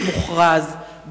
מוכרז,